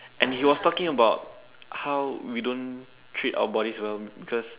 and he was talking about how we don't treat our bodies well because